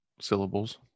syllables